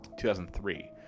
2003